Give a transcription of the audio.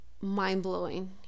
mind-blowing